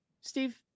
Steve